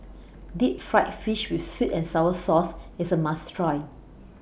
Deep Fried Fish with Sweet and Sour Sauce IS A must Try